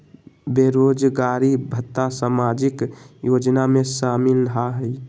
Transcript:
बेरोजगारी भत्ता सामाजिक योजना में शामिल ह ई?